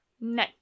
No